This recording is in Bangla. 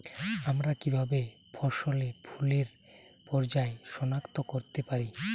আমরা কিভাবে ফসলে ফুলের পর্যায় সনাক্ত করতে পারি?